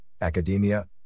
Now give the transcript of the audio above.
Academia